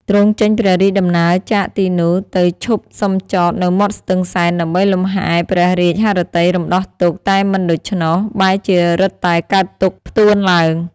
ទ្រង់ចេញព្រះរាជដំណើរចាកទីនោះ ទៅឈប់សុំចតនៅមាត់ស្ទឹងសែន ដើម្បីលំហែលព្រះរាជហឫទ័យរំដោះទុក្ខ តែមិនដូច្នោះ បែរជារឹតតែកើតទុក្ខផ្ទួនឡើង ។